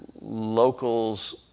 locals